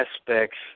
aspects